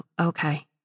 okay